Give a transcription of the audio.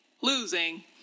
losing